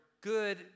good